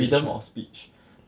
freedom of speech